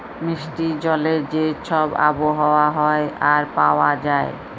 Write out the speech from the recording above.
মিষ্টি জলের যে ছব আবহাওয়া হ্যয় আর পাউয়া যায়